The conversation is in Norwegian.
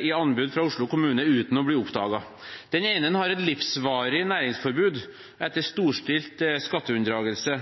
i anbud fra Oslo kommune, uten å bli oppdaget. Den ene har et livsvarig næringsforbud etter storstilt skatteunndragelse,